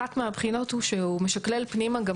אחת מהבחינות היא שהוא משקלל פנימה גם